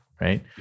right